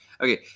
Okay